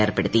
ഏർപ്പെടുത്തി